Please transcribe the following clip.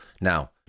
Now